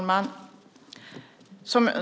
Fru talman!